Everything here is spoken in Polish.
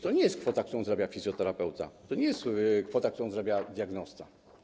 To nie jest kwota, którą zarabia fizjoterapeuta, to nie jest kwota, którą zarabia diagnosta.